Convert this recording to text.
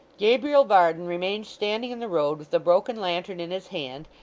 gabriel varden remained standing in the road with the broken lantern in his hand,